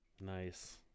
Nice